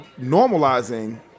normalizing